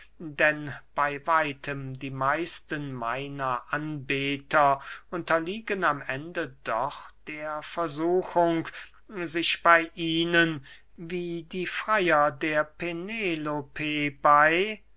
denn bey weitem die meisten meiner anbeter unterliegen am ende doch der versuchung sich bey ihnen wie die freyer der penelope bey